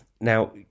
Now